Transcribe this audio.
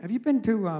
have you been to